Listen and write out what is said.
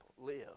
live